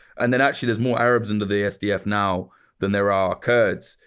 and then actually, there's more arabs under the sdf now than there are kurds,